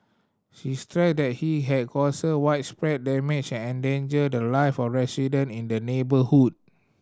she stressed that he had caused widespread damage and endangered the live of resident in the neighbourhood